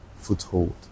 Foothold